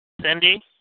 Cindy